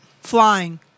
Flying